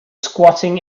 squatting